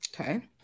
Okay